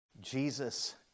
Jesus